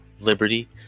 liberty